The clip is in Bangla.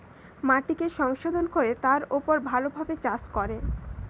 মাটিকে সংশোধন কোরে তার উপর ভালো ভাবে চাষ করে